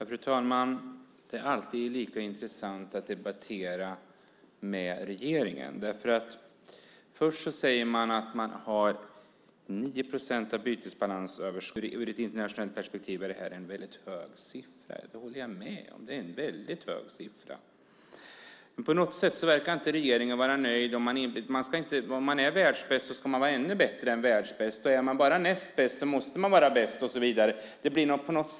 Fru talman! Det är alltid lika intressant att debattera med regeringen. Först säger man att bytesbalansöverskottet är 9 procent av bnp. Det är en väldigt hög siffra i ett internationellt perspektiv. Jag håller med om det. Men på något sätt verkar inte regeringen vara nöjd. Om man är världsbäst ska man vara ännu bättre än världsbäst. Är man bara näst bäst måste man vara bäst och så vidare.